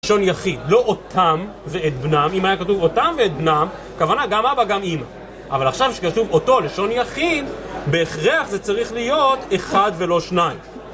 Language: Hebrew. לשון יחיד, לא אותם ואת בנם. אם היה כתוב אותם ואת בנם, כוונה גם אבא גם אימא. אבל עכשיו שכתוב אותו לשון יחיד, בהכרח זה צריך להיות אחד ולא שניים.